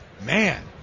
man